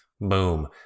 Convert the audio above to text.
boom